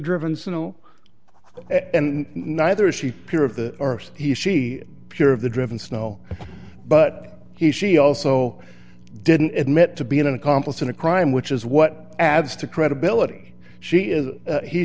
driven snow and neither is he peer of the arse he is she pure of the driven snow but he she also didn't admit to being an accomplice in a crime which is what adds to credibility she is he